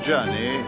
journey